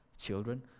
children